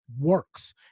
works